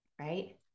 right